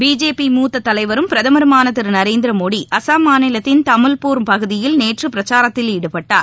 BJP மூத்ததலைவரும் பிரதமருமானதிருநரேந்திரமோடிஅசாம் மாநிலத்தின் தமுவ்பூர் பகுதியில் நேற்றுபிரச்சாரத்தில் ஈடுபட்டார்